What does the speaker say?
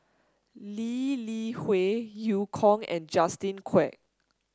Lee Li Hui Eu Kong and Justin Quek